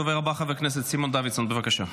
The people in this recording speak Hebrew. הדובר הבא, חבר הכנסת סימון דוידסון, בבקשה.